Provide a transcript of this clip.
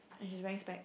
and she's wearing specs